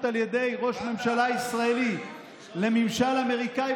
על ידי ראש ממשלה ישראלי לממשל אמריקאי,